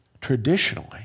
traditionally